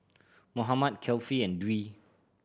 Muhammad Kefli and Dwi